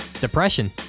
depression